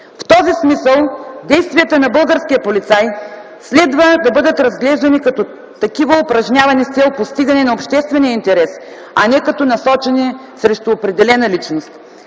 В този смисъл действията на българския полицай следва да бъдат разглеждани като такива, упражнявани с цел постигане на обществения интерес, а не като насочени срещу определена личност.